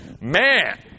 man